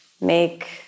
make